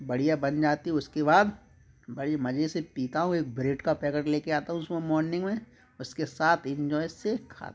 बढ़िया बन जाती है उसके बाद बड़ी मजे से पीता हूँ एक ब्रेड का पैकेट लेके आता हूँ उसमें मोर्निंग में उसके साथ एन्जॉय से खाता हूँ